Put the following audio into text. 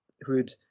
who'd